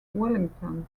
wellington